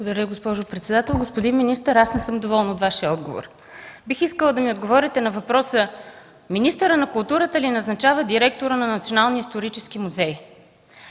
Благодаря, госпожо председател. Господин министър, аз не съм доволна от Вашия отговор. Бих искала да ми отговорите на въпроса: министърът на културата ли назначава директора на Националния исторически музей?